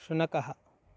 शुनकः